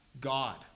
God